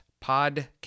podcast